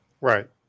Right